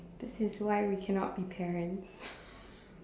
this is why we cannot be parents